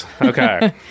Okay